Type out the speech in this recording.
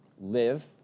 live